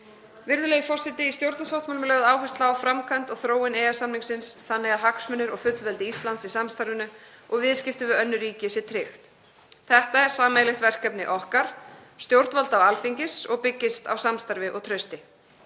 Hæstv. forseti. Í stjórnarsáttmálanum er lögð áhersla á framkvæmd og þróun EES-samningsins þannig að hagsmunir og fullveldi Íslands í samstarfinu og viðskiptum við önnur ríki sé tryggt. Þetta er sameiginlegt verkefni okkar, stjórnvalda og Alþingis, og byggist á samstarfi og trausti.